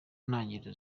ntangiriro